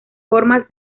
formas